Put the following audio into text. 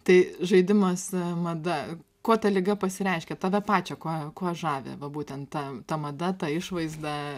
tai žaidimas mada kuo ta liga pasireiškia tave pačią kuo kuo žavi va būtent ta ta mada ta išvaizda